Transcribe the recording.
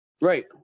Right